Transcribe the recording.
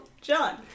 John